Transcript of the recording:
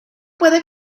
puede